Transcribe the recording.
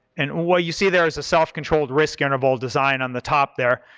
and what you see there is a self-controlled risk interval design on the top there,